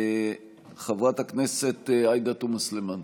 חברת הכנסת עאידה תומא סלימאן,